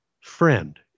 friend